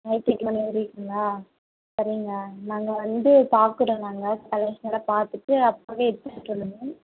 night எட்டு மணி வரைங்களா சரிங்க நாங்கள் வந்து பார்க்குறோம் நாங்கள் கலெக்ஷனெல்லாம் பார்த்துட்டு அப்போவே எடுத்துகிட்டு வந்துடுவோம்